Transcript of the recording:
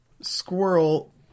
squirrel